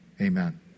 Amen